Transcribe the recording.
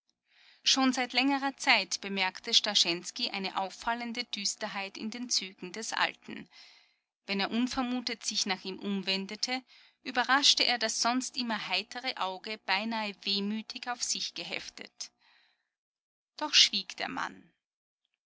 schon seit längerer zeit bemerkte starschensky eine auffallende düsterheit in den zügen des alten wenn er unvermutet sich nach ihm umwendete überraschte er das sonst immer heitere auge beinahe wehmütig auf sich geheftet doch schwieg der mann